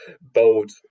bold